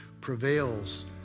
prevails